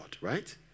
right